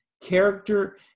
character